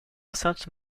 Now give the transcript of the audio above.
sainte